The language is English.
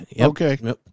Okay